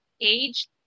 age